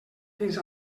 fins